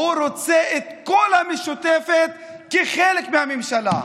הוא רוצה את כל המשותפת כחלק מהממשלה.